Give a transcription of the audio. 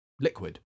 Liquid